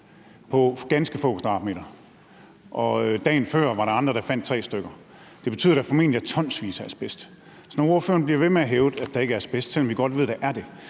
på ganske få kvadratmeter. Dagen før var der andre, der fandt tre stykker. Det betyder, at der formentlig er tonsvis af asbest. Så når ordføreren bliver ved med at hævde, at der ikke er asbest, selv om vi godt ved, at der er det,